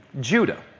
Judah